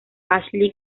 ashley